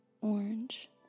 orange